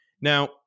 now